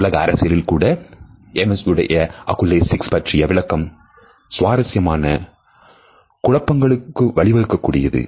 உலக அரசியலில் கூட MS உடைய அக்குலேசிக்ஸ் பற்றிய விளக்கம் சுவாரசியமான குழப்பங்களுக்கு வழிவகுக்கிறது